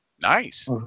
Nice